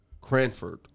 Cranford